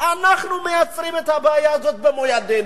אנחנו מייצרים את הבעיה הזו במו ידינו.